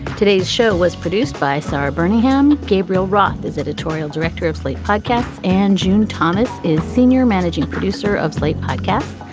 today's show was produced by sara burnim. gabriel roth is editorial director of slate podcasts and june thomas is senior managing producer of slate podcasts.